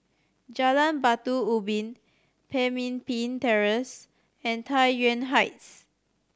Jalan Batu Ubin Pemimpin Terrace and Tai Yuan Heights